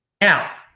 Now